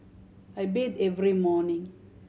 I bathe every morning